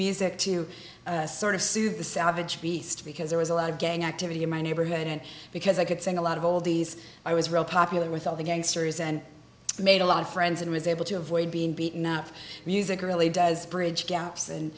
soothe the savage beast because there was a lot of gang activity in my neighborhood and because i could sing a lot of oldies i was real popular with all the gangsters and made a lot of friends and was able to avoid being beaten up music really does bridge gaps